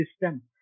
system